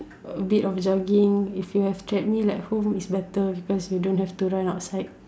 a bit of jogging if you have treadmill at home is better because you don't have to run outside